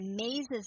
amazes